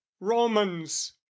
romans